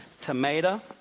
tomato